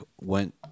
went